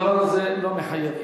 הדבר הזה לא מחייב.